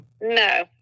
No